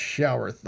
Shower